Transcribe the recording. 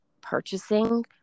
purchasing